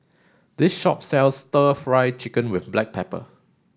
this shop sells stir fry chicken with black pepper